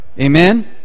Amen